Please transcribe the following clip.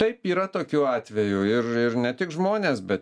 taip yra tokių atvejų ir ir ne tik žmonės bet